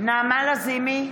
נעמה לזימי,